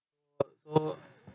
oh so